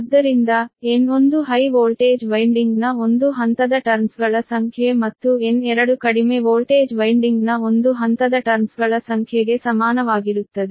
ಆದ್ದರಿಂದ N1 high voltage ವೈನ್ಡಿಂಗ್ನ ಒಂದು ಹಂತದ ಟರ್ನ್ಸ್ಗಳ ಸಂಖ್ಯೆ ಮತ್ತು N2 ಕಡಿಮೆ ವೋಲ್ಟೇಜ್ ವೈನ್ಡಿಂಗ್ನ ಒಂದು ಹಂತದ ಟರ್ನ್ಸ್ಗಳ ಸಂಖ್ಯೆಗೆ ಸಮಾನವಾಗಿರುತ್ತದೆ